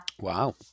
Wow